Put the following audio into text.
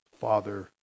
father